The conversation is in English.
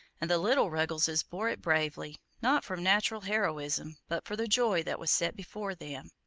and the little ruggleses bore it bravely, not from natural heroism, but for the joy that was set before them.